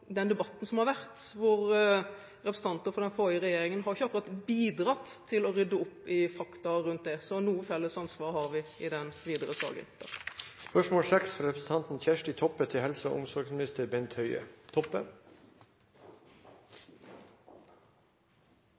den debatten som har vært, hvor representanter for den forrige regjeringen ikke akkurat har bidratt til å rydde opp i fakta rundt dette – så noe felles ansvar har vi videre i